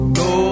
go